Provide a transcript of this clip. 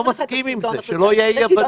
אני לא מסכים עם זה, שלא יהיו אי-הבנות.